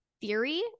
theory